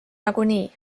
nagunii